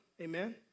Amen